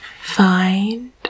find